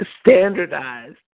Standardized